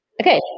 Okay